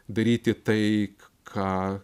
daryti tai ką